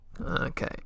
Okay